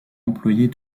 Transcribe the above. employée